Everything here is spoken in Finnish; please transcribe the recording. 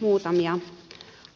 muutamia